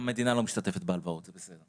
המדינה לא משתתפת בהלוואות, זה בסדר.